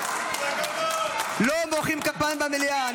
לא מוחאים כפיים במליאה.